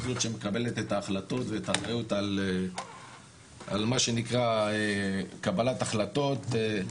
היא זו שמקבלת את ההחלטות ואת ההנחיות על מה שנקרא קבלת החלטות,